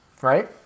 right